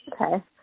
Okay